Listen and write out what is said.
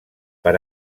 per